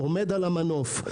עומד על המנוף,